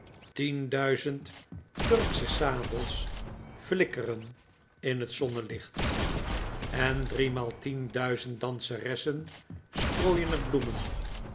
turksche sabels flikkeren in het zonnelicht en driemaal tien duizend danseressen strooien er bloemen